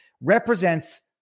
represents